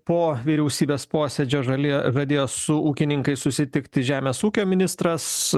po vyriausybės posėdžio žalė žadėjo su ūkininkais susitikti žemės ūkio ministras